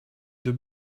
deux